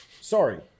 Sorry